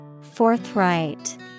Forthright